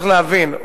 צריך להבין,